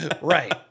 right